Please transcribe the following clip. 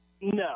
No